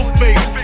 face